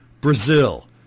Brazil